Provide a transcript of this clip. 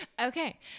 Okay